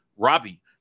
Robbie